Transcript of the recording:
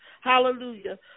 Hallelujah